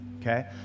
Okay